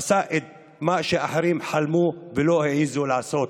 עשה את מה שאחרים חלמו ולא העזו לעשות.